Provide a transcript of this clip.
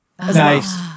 Nice